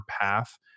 path